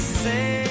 say